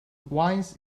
wines